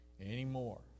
anymore